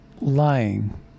lying